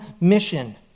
mission